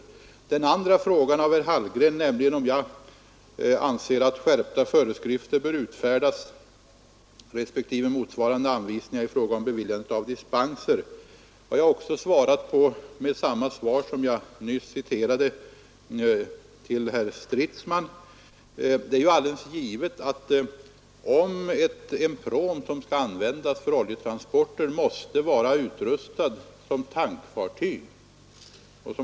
: På den andra frågan, av herr Hallgren, om jag anser att skärpta föreskrifter bör utfärdas respektive motsvarande anvisningar i fråga om beviljandet av dispenser, har jag givit samma svar som till herr Stridsman. Det är alldeles givet att en pråm som skall användas för oljetransporter måste vara utrustad som tankfartyg.